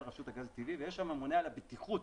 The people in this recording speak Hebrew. רשות הגז הטבעי ויש הממונה על הבטיחות